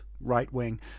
right-wing